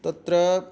तत्र